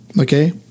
okay